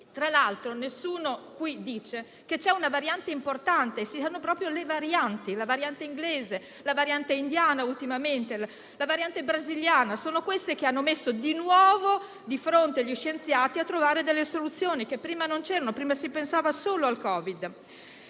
Tra l'altro nessuno qui dice che c'è una variante importante. Sono proprio le varianti, la variante inglese, la variante indiana ultimamente e la variante brasiliana. Sono quelle che hanno messo di nuovo alla prova gli scienziati nel trovare soluzioni che prima non c'erano; si pensava solo al Covid,